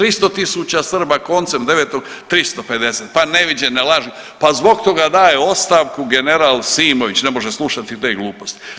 300 tisuća Srba, koncem 9. 350, pa neviđene laži, pa zbog toga daje ostavku general Simović, ne može slušati te gluposti.